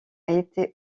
été